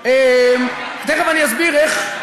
תכף אני אסביר איך,